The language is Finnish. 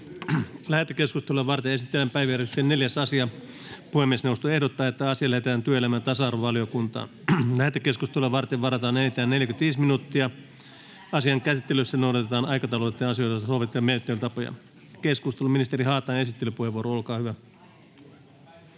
Lähetekeskustelua varten esitellään päiväjärjestyksen 4. asia. Puhemiesneuvosto ehdottaa, että asia lähetetään työelämä- ja tasa-arvovaliokuntaan. Lähetekeskusteluun varataan enintään 45 minuuttia. Asian käsittelyssä noudatetaan aikataulutettujen asioiden osalta sovittuja menettelytapoja. — Keskusteluun. Ministeri Haatainen, esittelypuheenvuoro, olkaa hyvä.